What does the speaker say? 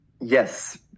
Yes